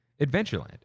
Adventureland